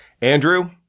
Andrew